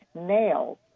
nails